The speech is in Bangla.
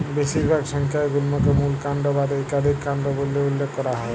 বেশিরভাগ সংখ্যায় গুল্মকে মূল কাল্ড বাদে ইকাধিক কাল্ড ব্যইলে উল্লেখ ক্যরা হ্যয়